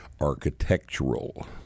architectural